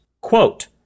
Quote